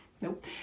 nope